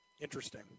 interesting